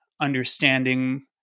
understanding